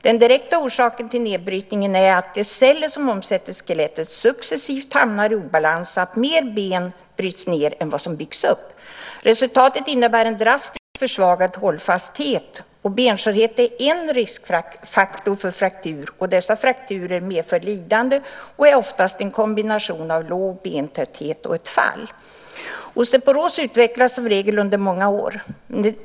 Den direkta orsaken till nedbrytningen är att de celler som omsätts i skelettet successivt hamnar i obalans, så att mer ben bryts ned än vad som byggs upp. Resultatet innebär en drastiskt försvagad hållfasthet, och benskörhet är en riskfaktor för frakturer. Dessa frakturer medför lidande och är oftast resultat av en kombination av låg bentäthet och ett fall. Osteoporos utvecklas som regel under många år.